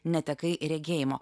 netekai regėjimo